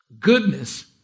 Goodness